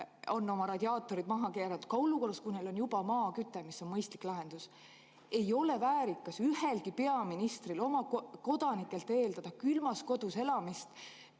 on oma radiaatorid maha keeranud, ka olukorras, kui neil on juba maaküte, mis on mõistlik lahendus –, ei ole väärikas ühelgi peaministril oma kodanikelt eeldada külmas kodus elamist